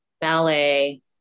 ballet